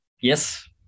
Yes